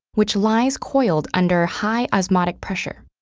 which lies coiled under high osmotic pressure.